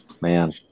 Man